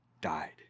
died